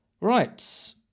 right